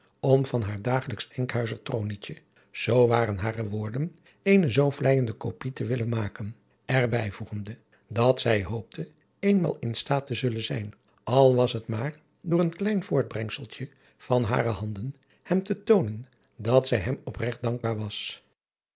leven van illegonda uisman lijksch nkhuizer tronietje zoo waren hare woorden eene zoo vleijende kopij te willen maken er bijvoegende dat zij hoopte eenmaal in staat te zullen zijn al was het maar door een klein voortbrengseltje van hare handen hem te toonen dat zij hem opregt dankbaar was